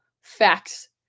facts